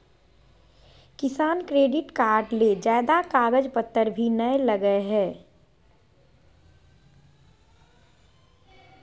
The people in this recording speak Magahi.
किसान क्रेडिट कार्ड ले ज्यादे कागज पतर भी नय लगय हय